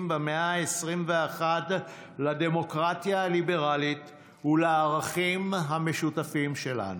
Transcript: במאה ה-21 לדמוקרטיה הליברלית ולערכים המשותפים שלנו.